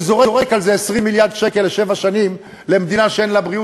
וזורק על זה 20 מיליארד שקל לשבע שנים למדינה שאין לה בריאות,